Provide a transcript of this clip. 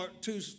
two